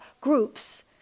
groups